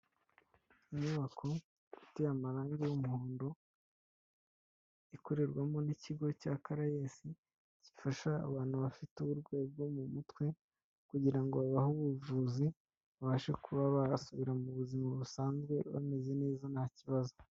Inyubako ifite amarangi y'umuhondo ikorerwamo n'ikigo cya carayesi gifasha abantu bafite uburwayi bwo mu mutwe kugirango babahe ubuvuzi babashe kuba barasubira mu buzima busanzwe bameze neza nta kibazo.